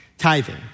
tithing